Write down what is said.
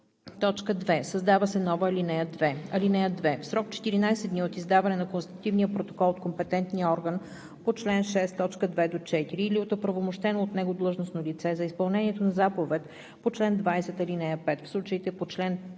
2. Създава се нова ал. 2: „(2) В срок 14 дни от издаване на констативния протокол от компетентния орган по чл. 6, т. 2 – 4 или от оправомощено от него длъжностно лице за изпълнението на заповед по чл. 20, ал. 5 в случаите по чл.